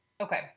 Okay